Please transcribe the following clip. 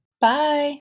Bye